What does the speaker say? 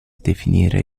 definire